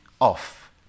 off